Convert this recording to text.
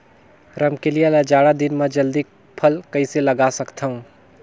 रमकलिया ल जाड़ा दिन म जल्दी फल कइसे लगा सकथव?